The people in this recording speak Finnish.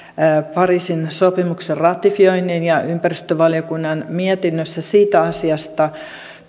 pariisin sopimuksen ratifioinnin ja ympäristövaliokunnan mietinnössä siitä asiasta